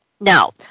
now